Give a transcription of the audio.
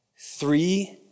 Three